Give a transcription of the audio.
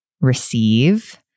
receive